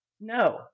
No